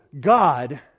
God